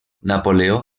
napoleó